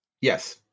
Yes